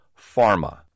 Pharma